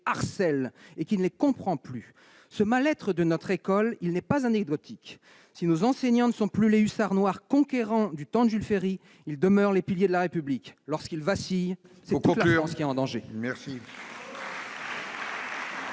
harcèle sans plus les comprendre ! Ce mal-être de notre école n'est pas anecdotique. Si nos enseignants ne sont plus les hussards noirs conquérants du temps de Jules Ferry, ils demeurent les piliers de la République. Lorsqu'ils vacillent, c'est la France qui est en danger